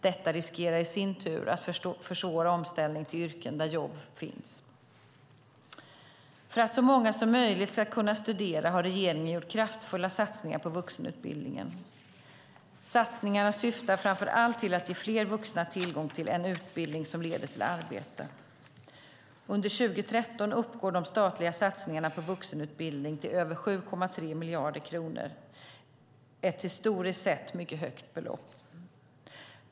Detta riskerar i sin tur att försvåra omställning till yrken där jobben finns. För att så många som möjligt ska kunna studera har regeringen gjort kraftfulla satsningar på vuxenutbildningen. Satsningarna syftar framför allt till att ge fler vuxna tillgång till en utbildning som leder till arbete. Under 2013 uppgår de statliga satsningarna på vuxenutbildning till över 7,3 miljarder kronor, ett historiskt sett mycket högt belopp.